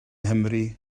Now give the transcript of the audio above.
nghymru